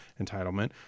entitlement